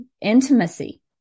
Intimacy